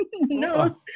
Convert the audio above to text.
No